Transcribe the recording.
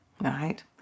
Right